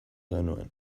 genuen